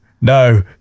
no